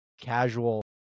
casual